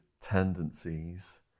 tendencies